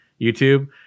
youtube